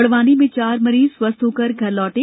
बडवानी में चार मरीज स्वस्थ होकर घर लौटे